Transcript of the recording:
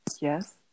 yes